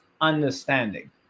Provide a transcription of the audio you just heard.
understanding